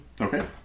Okay